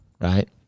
right